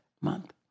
month